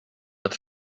but